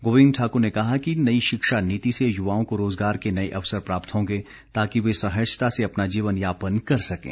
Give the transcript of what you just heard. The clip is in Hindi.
गोविंद ठाक्र ने कहा कि नई शिक्षा नीति से युवाओं को रोजगार के नए अवसर प्राप्त होंगे ताकि वे सहजता से अपना जीवन यापन कर सकें